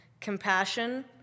compassion